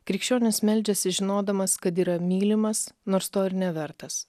krikščionis meldžiasi žinodamas kad yra mylimas nors to ir nevertas